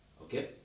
Okay